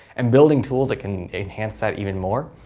and building tools that can enhance that even more.